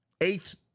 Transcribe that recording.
eighth